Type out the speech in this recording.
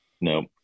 No